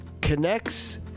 connects